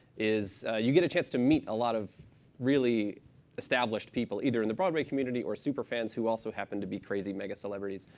you get a chance to meet a lot of really established people, either in the broadway community or superfans who also happen to be crazy mega celebrities.